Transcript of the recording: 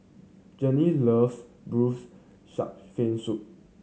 Journey loves Braised Shark Fin Soup